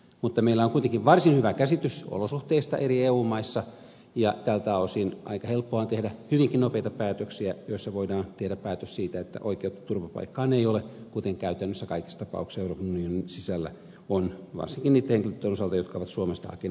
mutta meillä on kuitenkin varsin hyvä käsitys olosuhteista eri eu maissa ja tältä osin aika helppoa on tehdä hyvinkin nopeita päätöksiä joissa voidaan tehdä päätös siitä että oikeutta turvapaikkaan ei ole kuten käytännössä kaikissa tapauksissa euroopan unionin sisällä on varsinkin niiden henkilöiden osalta jotka ovat suomesta hakeneet turvapaikkaa